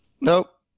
Nope